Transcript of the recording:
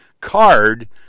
card